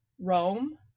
Rome